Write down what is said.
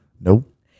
nope